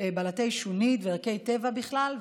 בלטי שונית וערכי טבע בכלל,